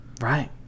Right